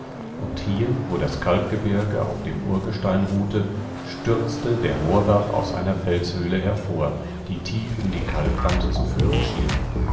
und hier wo das kalkgebirge auf dem urgestein ruhte stürzte der moorbach aus einer felshöhle hervor die tief in die kalkwand zu führen schien